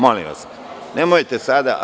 Molim vas nemojte sada.